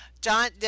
John